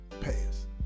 pass